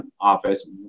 office